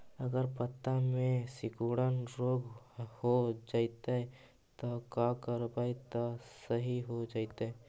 अगर पत्ता में सिकुड़न रोग हो जैतै त का करबै त सहि हो जैतै?